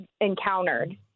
encountered